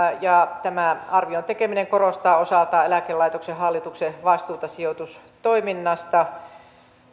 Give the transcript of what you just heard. tämä arvion tekeminen korostaa osaltaan eläkelaitoksen hallituksen vastuuta sijoitustoiminnasta